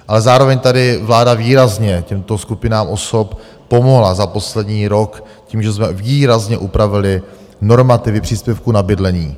Ale zároveň tady vláda výrazně těmto skupinám osob pomohla za poslední rok tím, že jsme výrazně upravili normativy příspěvku na bydlení.